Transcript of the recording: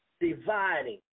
dividing